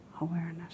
awareness